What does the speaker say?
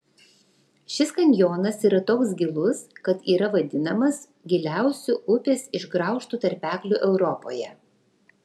šis kanjonas yra toks gilus kad yra vadinamas giliausiu upės išgraužtu tarpekliu europoje